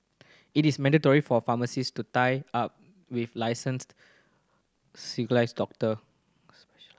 it is mandatory for pharmacies to tie up with licensed doctors